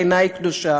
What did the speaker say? בעיני היא קדושה,